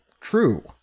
true